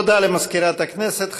תודה למזכירת הכנסת.